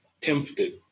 tempted